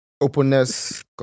openness